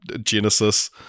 Genesis